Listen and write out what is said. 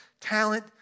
talent